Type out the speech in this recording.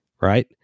Right